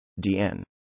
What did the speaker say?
Dn